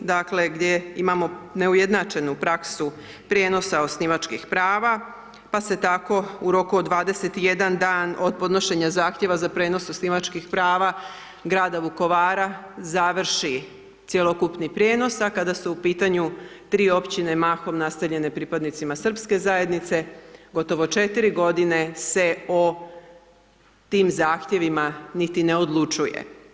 Dakle, gdje imamo neujednačenu praksu prijenosa osnivačkih prava, pa se tako u roku od 21 dan od podnošenje Zahtjeva za prijenos osnivačkih prava grada Vukovara završi cjelokupni prijenos, a kada su u pitanju tri Općine mahom naseljene pripadnicima srpske zajednice, gotovo četiri godine se o tim Zahtjevima niti ne odlučuje.